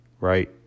right